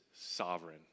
sovereign